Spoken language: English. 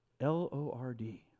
L-O-R-D